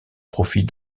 profit